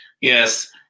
Yes